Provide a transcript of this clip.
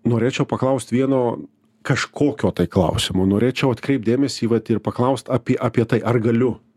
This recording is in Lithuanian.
norėčiau paklaust vieno kažkokio tai klausimo norėčiau atkreipt dėmesį vat ir paklaust apie apie tai ar galiu